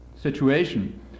situation